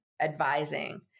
advising